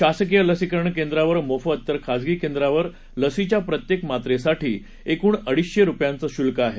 शासकीय लसीकरण केंद्रांवर मोफत तर खाजगी केंद्रावर लसीच्या प्रत्येक मात्रेसाठी एकूण अडीचशे रुपयांचं शुल्क आहे